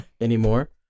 anymore